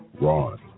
Ron